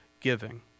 giving